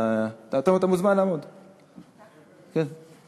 אתה מוזמן לעמוד, כן.